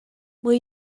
will